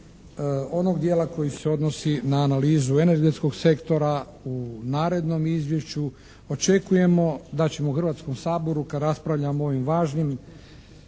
onog dijela koji se odnosi na analizu energetskog sektora u narednom izvješću očekujemo da ćemo Hrvatskom saboru kad raspravljamo o ovim važnim